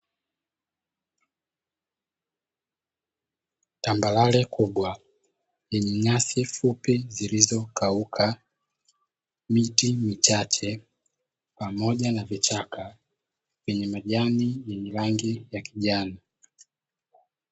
Tambarare kubwa yenye nyasi fupi zilizo kauka miti michache, pamoja na vichaka vyenye majani ya rangi ya kijani.